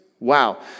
Wow